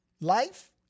Life